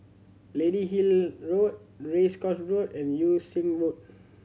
Lady Hill Road Race Course Road and Yew Sing Road